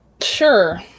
Sure